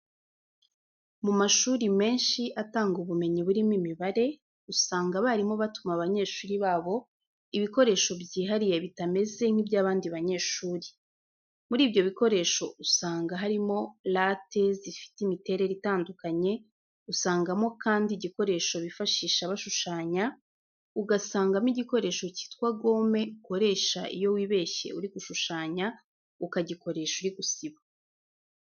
Mu mashuri menshi atanga ubumenyi burimo imibare, usanga abarimu batuma abanyeshuri babo ibikoresho byihariye bitameze nkibya abandi banyeshuri. Muri ibyo bikoresho usanga harimo late zifite imiterere itandukanye, usangamo kandi igikoresho bifashisha bashushanya, ugasangamo igikoresho cyitwa gome ukoresha iyo wibeshye uri gushushanya, ukagikoresha uri gusiba.